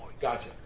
Gotcha